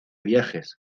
viajes